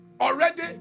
already